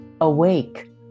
awake